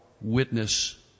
witness